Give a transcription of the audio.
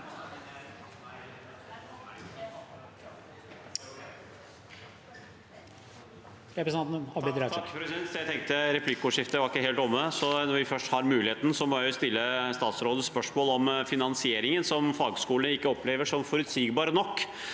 Replikkordskiftet var ikke helt omme, så når vi først har muligheten, må jeg jo stille statsråden spørsmål om finansieringen, som fagskolene ikke opplever som forutsigbar nok.